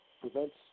prevents